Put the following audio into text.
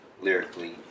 lyrically